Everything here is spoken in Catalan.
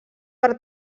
per